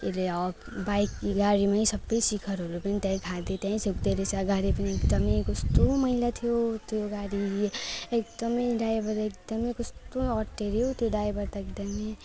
के अरे हप बाइक गाडीमा सबै सिखरहरू पनि त्यहीँ खाँदै त्यहीँ थुक्दो रहेछ गाडी पनि एकदम कस्तो मैला थियो त्यो गाडी एकदम ड्राइभर एकदम कस्तो अटेरी हौ त्यो ड्राइभर त एकदम